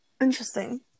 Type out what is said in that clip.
Interesting